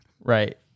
Right